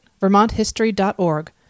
vermonthistory.org